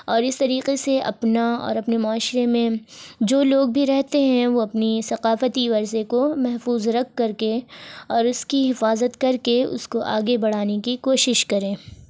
اور اس طریقے سے اپنا اور اپنے معاشرے میں جو لوگ بھی رہتے ہیں وہ اپنی ثقافتی ورثے کو محفوظ رکھ کر کے اور اس کی حفاظت کرکے اس کو آگے بڑھانے کی کوشش کریں